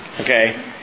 Okay